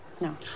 No